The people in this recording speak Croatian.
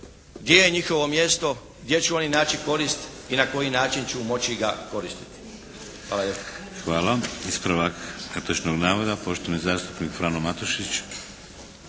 gdje je njihovo mjesto, gdje će oni naći korist i na koji način će moći ga koristiti. Hvala lijepa. **Šeks, Vladimir (HDZ)** Hvala. Ispravak netočnog navoda poštovani zastupnik Frano Matušić.